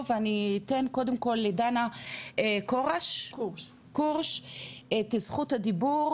ואני אתן קודם כל לדנה קורש את זכות הדיבור,